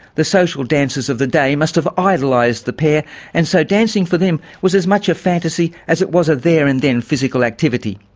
the social dancers of the day must have idolised the pair and so dancing for them was as much a fantasy as it was a there and then physical activity.